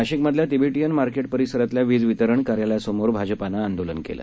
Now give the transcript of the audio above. नाशिकमधल्या Tibetan market परिसरातल्या वीज वितरण कार्यालयासमोर भाजपानं आंदोलन केलं